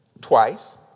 twice